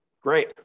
Great